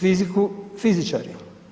Fiziku fizičari?